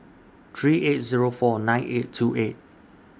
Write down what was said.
three eight Zero four nine eight two eight